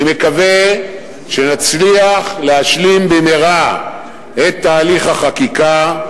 אני מקווה שנצליח להשלים במהרה את תהליך החקיקה,